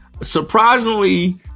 Surprisingly